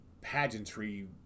pageantry